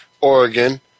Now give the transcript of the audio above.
Oregon